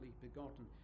begotten